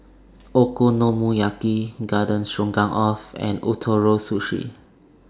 Okonomiyaki Garden Stroganoff and Ootoro Sushi